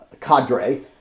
cadre